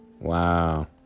Wow